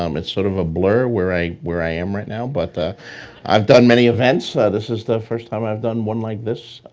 um it's sort of a blur where i where i am right now. but i've done many events. ah this is the first time i've done one like this,